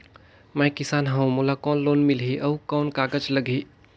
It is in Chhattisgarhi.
मैं किसान हव मोला कौन लोन मिलही? अउ कौन कागज लगही?